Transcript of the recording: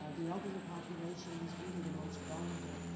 ah the elderly population is really the most vulnerable.